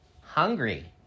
Hungry